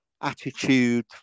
attitude